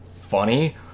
funny